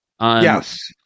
Yes